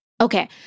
Okay